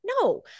No